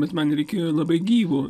bet man reikėjo labai gyvo